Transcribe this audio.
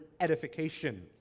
edification